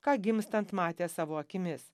ką gimstant matė savo akimis